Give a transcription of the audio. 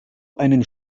einen